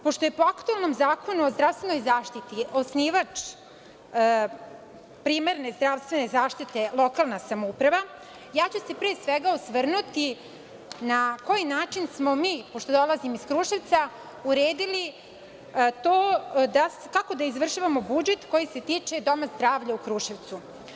Pošto je po aktuelnom Zakonu o zdravstvenoj zaštiti osnivač primarne zdravstvene zaštite lokalna samouprava, ja ću se pre svega osvrnuti na koji način smo mi, pošto ja dolazim iz Kruševca uredili to kako da izvršavamo budžet koji se tiče Doma zdravlja u Kruševcu.